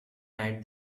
night